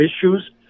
issues